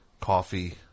coffee